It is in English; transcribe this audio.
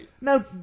No